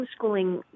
homeschooling